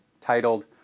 titled